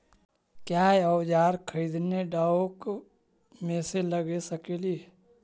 क्या ओजार खरीदने ड़ाओकमेसे लगे सकेली?